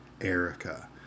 Erica